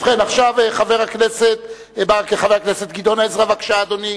חבר הכנסת גדעון עזרא, בבקשה, אדוני.